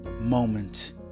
moment